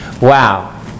Wow